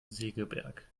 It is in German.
segeberg